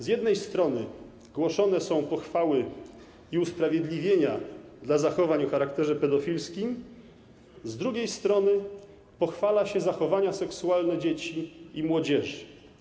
Z jednej strony głoszone są pochwały i usprawiedliwienia dla zachowań o charakterze pedofilskim, z drugiej strony pochwala się zachowania seksualne dzieci i młodzieży.